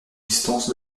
distances